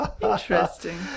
Interesting